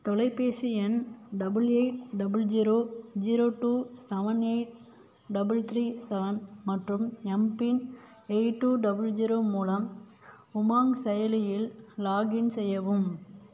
தொலைபேசி எண் double eight double zero zero two seven eight double three seven மற்றும் MPIN eight two double zero மூலம் உமாங் செயலியில் login செய்யவும்